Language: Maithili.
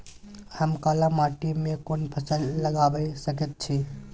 हम काला माटी में कोन फसल लगाबै सकेत छी?